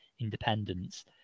independence